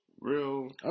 real